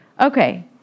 Okay